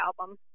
album